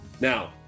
Now